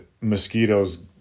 mosquitoes